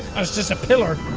it was just a pillar